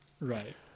Right